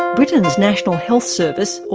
britain's national health service,